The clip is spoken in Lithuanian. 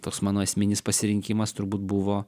tos mano esminis pasirinkimas turbūt buvo